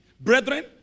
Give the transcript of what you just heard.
Brethren